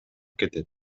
кетет